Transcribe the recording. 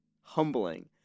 humbling